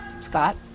scott